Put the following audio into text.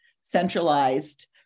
centralized